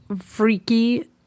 freaky